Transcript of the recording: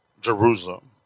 Jerusalem